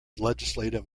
legislative